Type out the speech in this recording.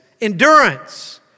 endurance